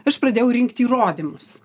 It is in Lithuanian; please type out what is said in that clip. aš pradėjau rinkti įrodymus